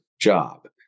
job